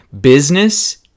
business